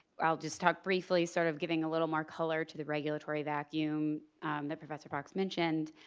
i'll just talk briefly sort of giving a little more color to the regulatory vacuum that professor fox mentioned